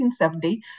1970